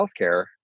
healthcare